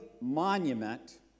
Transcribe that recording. monument